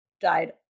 died